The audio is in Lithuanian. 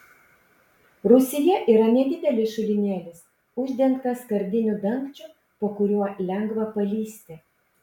rūsyje yra nedidelis šulinėlis uždengtas skardiniu dangčiu po kuriuo lengva palįsti